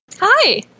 Hi